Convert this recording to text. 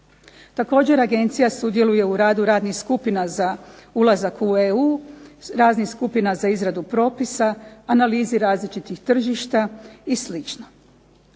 Također agencija sudjeluje u radu radnih skupina za ulazak u EU, raznih skupina za izradu propisa, analizi različitih tržišta i